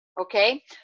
okay